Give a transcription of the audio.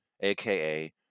aka